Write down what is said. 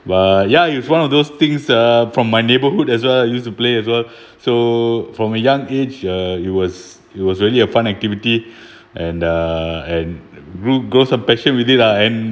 but ya it's one of those things uh from my neighborhood as well I used to play as well so from a young age uh it was it was really a fun activity and uh and grew grows on passion with it lah and